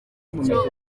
icyo